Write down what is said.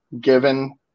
given